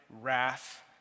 wrath